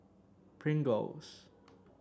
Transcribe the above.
Pringles